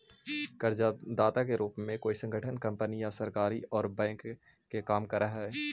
कर्जदाता के रूप में कोई संगठन कंपनी या सरकार औउर बैंक के काम करऽ हई